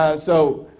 ah so,